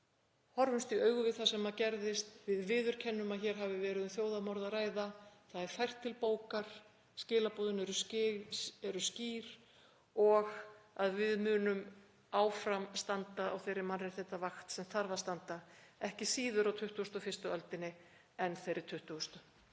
horfumst í augu við það sem gerðist, við viðurkennum að hér hafi verið um þjóðarmorð að ræða, það er fært til bókar, skilaboðin eru skýr og að við munum áfram standa á þeirri mannréttindavakt sem þarf að standa, ekki síður á 21. öldinni en þeirri 20.